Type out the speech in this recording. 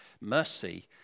mercy